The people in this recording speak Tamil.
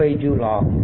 25 ஜூல்ஆகும்